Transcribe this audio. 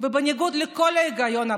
ובניגוד לכל היגיון בריא.